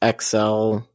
XL